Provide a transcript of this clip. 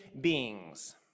beings